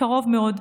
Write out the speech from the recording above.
מקרוב מאוד,